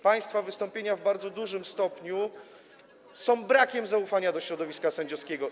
Państwa wystąpienia w bardzo dużym stopniu świadczą o braku zaufania do środowiska sędziowskiego.